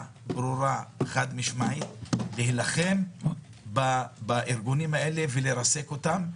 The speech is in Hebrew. ברורה וחד-משמעית להילחם בארגונים האלה ולרסק אותם.